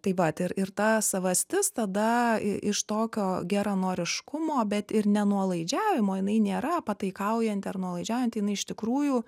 tai vat ir ir ta savastis tada iš tokio geranoriškumo bet ir nenuolaidžiavimo jinai nėra pataikaujanti ar nuolaidžiaujanti jinai iš tikrųjų